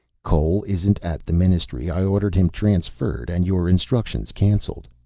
cole isn't at the ministry. i ordered him transferred and your instructions cancelled.